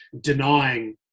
denying